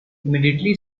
immediately